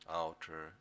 outer